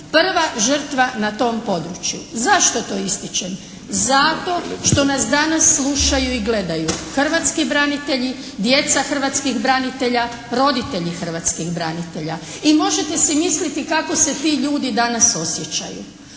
Prva žrtva na tom području. Zašto to ističem? Zato što nas danas slušaju i gledaju hrvatskih branitelji, djeca hrvatskih branitelja, roditelji hrvatskih branitelja. I možete si misliti kako se ti ljudi danas osjećaju.